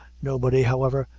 nobody, however,